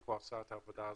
הם עושים את העבודה הזאת,